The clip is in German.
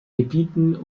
gebieten